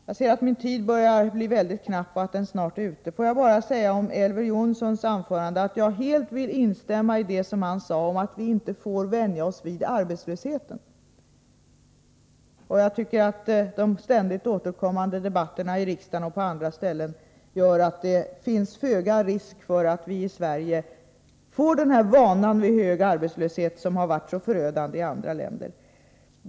Jag vill helt instämma i vad Elver Jonsson sade om att vi inte får vänja oss vid arbetslösheten. Jag tycker att de ständigt återkommande debatterna i riksdagen och på andra ställen gör att det finns föga risk för att vi i Sverige får den vana vid hög arbetslöshet som har varit så förödande i andra länder.